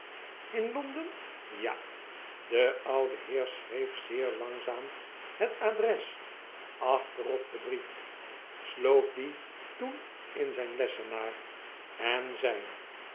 londen rja de oude heer schreef zeer langzaam het adres achter op den brief sloot dien toen in zijn lessenaar en zei